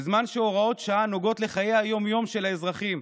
בזמן שהוראות שעה שנוגעות לחיי היום-יום של האזרחים,